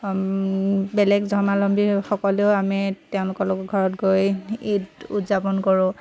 বেলেগ ধৰ্মাৱলম্বীসকলেও আমি তেওঁলোকৰ লগত ঘৰত গৈ ঈদ উদযাপন কৰোঁ